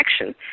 action